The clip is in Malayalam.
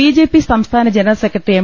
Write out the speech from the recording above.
ബിജെപി സംസ്ഥാന ജനറൽ സ്ക്രെട്ടറി എം